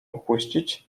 opuścić